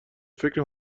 فکر